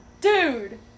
Dude